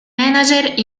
manager